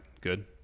good